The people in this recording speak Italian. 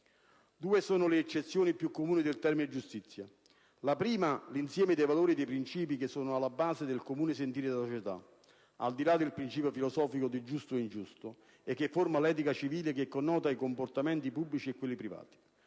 Due sono le accezioni più comuni del termine giustizia. Per quanto riguarda la prima, si tratta dell'insieme dei valori e dei principi che sono alla base del comune sentire della società, al di là del principio filosofico del giusto e ingiusto, e che forma l'etica civile e connota i comportamenti pubblici e quelli privati.